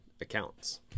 accounts